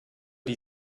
die